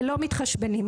ולא מתחשבנים.